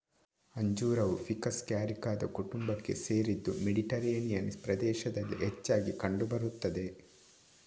ಅಂಜೂರವು ficus ಕ್ಯಾರಿಕಾದ ಕುಟುಂಬಕ್ಕೆ ಸೇರಿದ್ದು ಮೆಡಿಟೇರಿಯನ್ ಪ್ರದೇಶದಲ್ಲಿ ಹೆಚ್ಚಾಗಿ ಕಂಡು ಬರುತ್ತದೆ